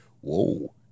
Whoa